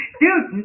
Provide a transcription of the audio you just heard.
dude